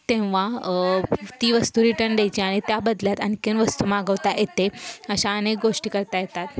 तेव्हा ती वस्तू रिटर्न द्यायची आणि त्या बदल्यात आणखी वस्तू मागवता येते अशा अनेक गोष्टी करता येतात